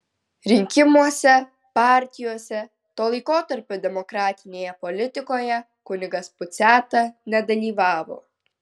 rinkimuose partijose to laikotarpio demokratinėje politikoje kunigas puciata nedalyvavo